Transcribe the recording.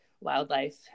Wildlife